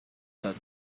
that